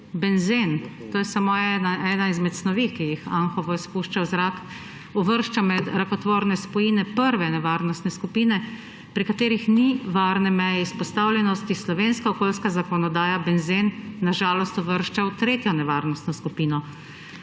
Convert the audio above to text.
benzen, to je samo ena izmed snovi, ki jih Anhovo izpušča v zrak, uvršča med rakotvorne spojine prve nevarnostne skupine, pri katerih ni varne meje izpostavljenosti, slovenska okoljska zakonodaja benzen na žalost uvršča v tretjo nevarnostno skupino.